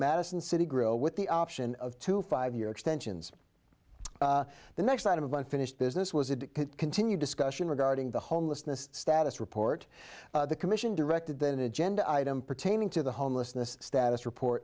madison city grow with the option of two five year extensions the next item of unfinished business was it to continue discussion regarding the homelessness status report the commission directed then agenda item pertaining to the homelessness status report